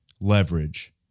leverage